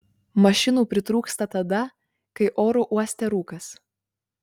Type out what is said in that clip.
mašinų pritrūksta tada kai oro uoste rūkas